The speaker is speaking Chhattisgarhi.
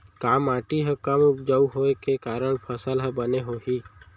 का माटी हा कम उपजाऊ होये के कारण फसल हा बने होही?